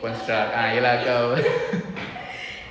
construct ah ye lah